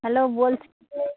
hello বলছি যে